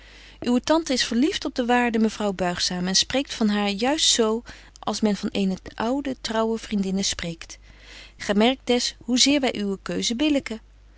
uwe tante is verlieft op de waarde mevrouw buigzaam en spreekt van haar juist z als men van eene oude trouwe vriendinne spreekt gy merkt des hoe zeer wy uwe keuze